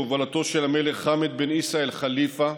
בהובלתו של המלך חמד בן עיסא אאל ח'ליפה,